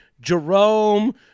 Jerome